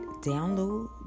download